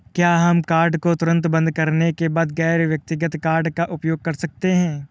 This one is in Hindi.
क्या हम कार्ड को तुरंत बंद करने के बाद गैर व्यक्तिगत कार्ड का उपयोग कर सकते हैं?